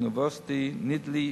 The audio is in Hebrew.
"נובוסטי נידלי",